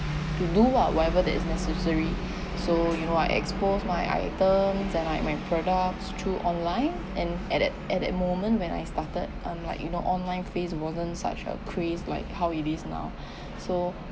to do ah whatever that is necessary so so you know I expose my item and like my product through online and at that at that moment when I started I'm like you know online craze wasn't such a craze like how it is now so